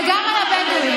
זה גם על הבדואים.